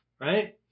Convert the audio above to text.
right